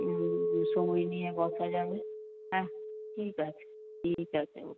হুম সময় নিয়ে বসা যাবে হ্যাঁ ঠিক আছে ঠিক আছে ওকে